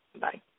Bye